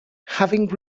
having